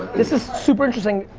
this is super interesting,